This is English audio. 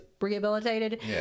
rehabilitated